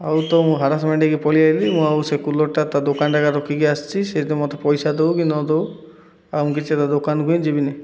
ଆଉ ତ ମୁଁ ହାରାସମେଣ୍ଟ ହୋଇକି ପଳେଇ ଆସିଲି ମୁଁ ଆଉ ସେ କୁଲରଟା ତା ଦୋକାନରେ ଏକା ରଖିକି ଆସିଛି ସେଇଥି ମୋତେ ପଇସା ଦେଉ କି ନ ଦେଉ ଆଉ ମୁଁ କିଛି ତା ଦୋକାନକୁ ହିଁ ଯିବିନି